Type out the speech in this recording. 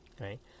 right